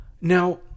Now